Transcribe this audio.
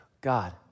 God